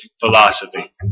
philosophy